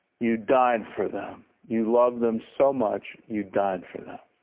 you died for them. you love them so much you died for them.